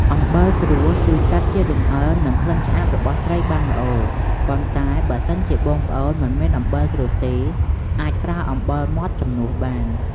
អំបិលក្រួសជួយកាត់ជាតិរំអិល និង ក្លិនឆ្អាបរបស់ត្រីបានល្អ ប៉ុន្តែបើសិនជាបងប្អូនមិនមានអំបិលក្រួសទេ អាចប្រើអំបិលម៉ដ្ដជំនួសបាន។